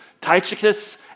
Tychicus